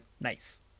nice